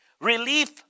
relief